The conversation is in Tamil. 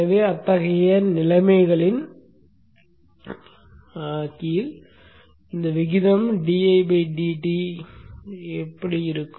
எனவே அத்தகைய நிலைமைகளின் கீழ் விகிதம் என்னவாக இருக்கும்